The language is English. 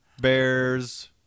Bears